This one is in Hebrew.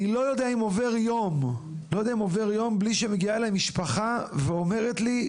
אני לא יודע אם עובר יום בלי שמגיעה אליי משפחה ואומרת לי: